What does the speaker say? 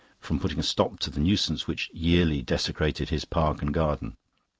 from putting a stop to the nuisance which yearly desecrated his park and garden.